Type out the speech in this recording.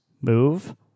Move